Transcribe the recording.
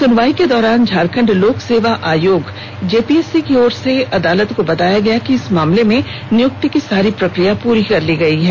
सुनवाई के दौरान झारखंड लोक सेवा आयोग जेपीएससी की ओर से अदालत को बताया गया कि इस मामले में नियुक्ति की सारी प्रक्रिया पूरी कर ली गई है